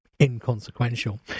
inconsequential